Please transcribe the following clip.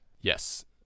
yes